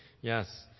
yes